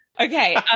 Okay